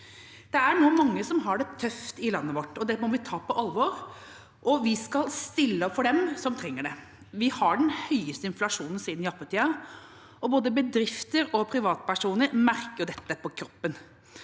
Det er nå mange som har det tøft i landet vårt. Det må vi ta på alvor, og vi skal stille opp for dem som trenger det. Vi har den høyeste inflasjonen siden jappetiden, og både bedrifter og privatpersoner merker dette på kroppen.